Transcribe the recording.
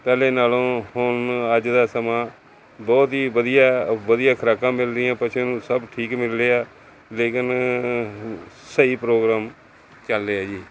ਪਹਿਲੇ ਨਾਲੋਂ ਹੁਣ ਅੱਜ ਦਾ ਸਮਾਂ ਬਹੁਤ ਹੀ ਵਧੀਆ ਵਧੀਆ ਖੁਰਾਕਾਂ ਮਿਲ ਰਹੀਆਂ ਪਸੂਆਂ ਨੂੰ ਸਭ ਠੀਕ ਮਿਲ ਰਿਹਾ ਲੇਕਿਨ ਸਹੀ ਪ੍ਰੋਗਰਾਮ ਚੱਲ ਰਿਹਾ ਜੀ